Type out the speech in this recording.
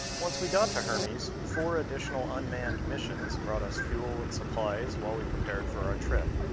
once we got to hermes, four additional unmanned missions brought us fuel and supplies while we prepared for our trip.